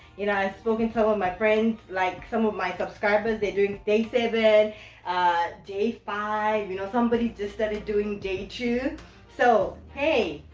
you know i've spoken some so of my friends like some of my subscribers they're doing day seven ah day five you know somebody just started doing day two so hey,